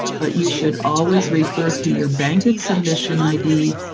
but you should always refer to your bankit submission id,